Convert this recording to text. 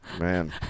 Man